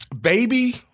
Baby